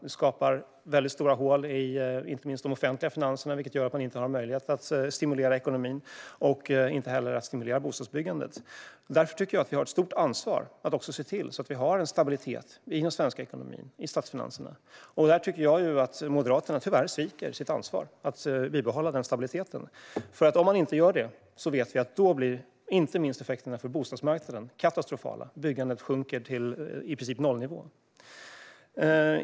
Det skapar stora hål i de offentliga finanserna, vilket gör att man inte har möjlighet att stimulera ekonomin och därmed inte heller att stimulera bostadsbyggandet. Därför tycker jag att vi har ett stort ansvar att se till att vi har stabilitet i den svenska ekonomin, i statsfinanserna. Jag tycker att Moderaterna tyvärr sviker sitt ansvar att bibehålla den stabiliteten. Om man inte gör det vet vi att effekterna blir katastrofala, inte minst för bostadsmarknaden. Byggandet sjunker till i princip nollnivå.